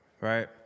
right